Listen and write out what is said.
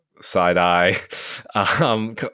side-eye